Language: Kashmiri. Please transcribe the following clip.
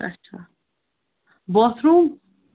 اَچھا باتھ روٗم